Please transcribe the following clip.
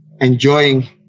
enjoying